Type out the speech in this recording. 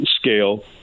scale